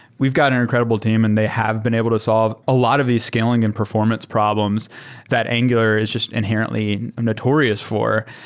we've got an incredible team and they have been able to solve a lot of these scaling and performance problems that angular is just inherently um notorious for.